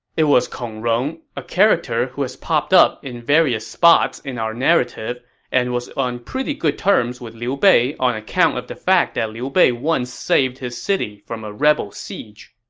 it was kong rong, a character who has popped up in various spots in our narrative and was on good terms with liu bei on account of the fact that liu bei once saved his city from a rebel siege.